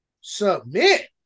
Submit